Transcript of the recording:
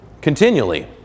continually